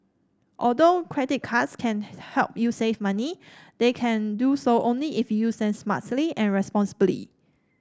although credit cards can help you save money they can do so only if you use them smartly and responsibly